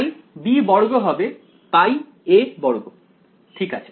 তাই b বর্গ হবে পাই a বর্গ ঠিক আছে